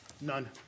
None